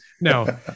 no